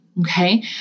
Okay